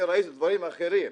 אני ראיתי דברים אחרים.